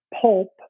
pulp